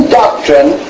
doctrine